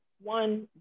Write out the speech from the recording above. one